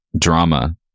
drama